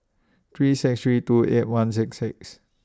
three six three two eight one six six